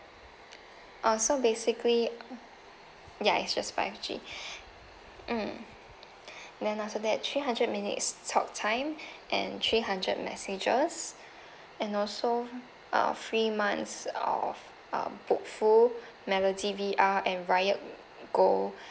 uh so basically ya it's just five G mm then also that three hundred minutes talk time and three hundred messages and also uh three months of uh book full melo D_V_R and raya go